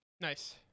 nice